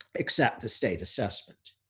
except the state assessment.